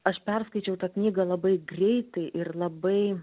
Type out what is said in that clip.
aš perskaičiau tą knygą labai greitai ir labai